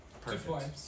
Perfect